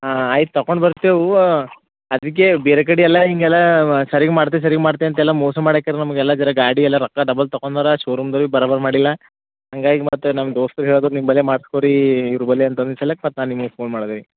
ಹಾಂ ಆಯ್ತು ತಕೊಂಡು ಬರ್ತಿವು ಅದಕ್ಕೆ ಬೇರೆ ಕಡಿಯೆಲ್ಲ ಹೀಗೆಲ್ಲ ವ ಸರಿಗೆ ಮಾಡ್ತೆ ಸರಿಗೆ ಮಾಡ್ತೆ ಅಂತೆಲ್ಲ ಮೋಸ ಮಾಡಕ್ಯರ ನಮಗೆಲ್ಲ ಝರ ಗಾಡಿಯೆಲ್ಲ ರೊಕ್ಕ ಡಬಲ್ ತಕೊಂಡರ ಶೋರೂಮ್ದಗ ಬರಬರ್ ಮಾಡಿಲ್ಲ ಹಾಗಾಗಿ ಮತ್ತು ನಮ್ಮ ದೋಸ್ತರು ಹೇಳುದ್ರು ನಿಮ್ಮ ಬಲೆ ಮಾಡ್ಸ್ಕೊರೀ ಇವ್ರ ಬಲೆ ಅಂತಂದು ಚಲೆಕ್ ಮತ್ತು ನಾನು ನಿಮಗೆ ಫೋನ್ ಮಾಡ್ದೆ